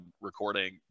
recording